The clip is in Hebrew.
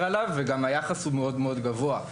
עליו וגם היחס הוא מאוד מאוד גבוה.